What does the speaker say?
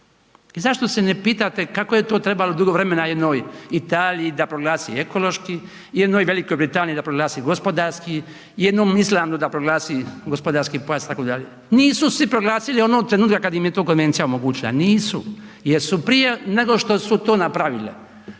i zašto se ne pitate kako je to trebalo dugo vremena jednoj Italiji da proglasi ekološki, jednoj Velikoj Britaniji da proglasi gospodarski, jednom Islandu da proglasi gospodarski pojas itd., nisu svi proglasili onog trenutka kad im je to Konvencija omogućila, nisu jer su prije nego što su to napravile